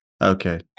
Okay